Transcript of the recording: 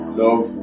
love